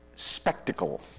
Spectacle